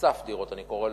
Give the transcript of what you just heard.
אסף דירות אני קורא לזה,